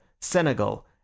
Senegal